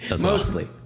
Mostly